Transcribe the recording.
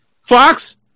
Fox